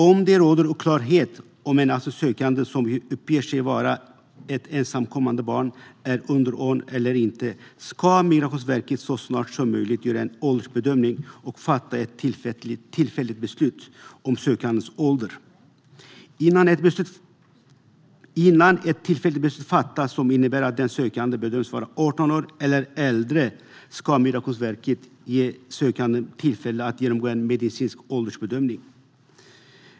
Om det råder oklarhet om huruvida en asylsökande som uppger sig vara ett ensamkommande barn är under 18 år eller inte ska Migrationsverket så snart som möjligt göra en åldersbedömning och fatta ett tillfälligt beslut om den sökandes ålder. Innan ett tillfälligt beslut fattas som innebär att den sökande bedöms vara 18 år eller äldre ska Migrationsverket ge den sökande tillfälle att genomgå en medicinsk åldersbedömning.